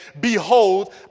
Behold